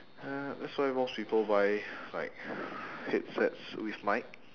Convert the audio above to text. uh that's why most people buy like headsets with mic